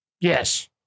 Yes